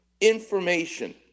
Information